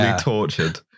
Tortured